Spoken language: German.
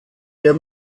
der